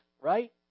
right